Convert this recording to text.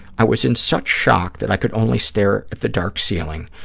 i was in such shock that i could only stare at the dark ceiling.